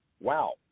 wow